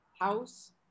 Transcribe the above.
house